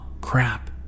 crap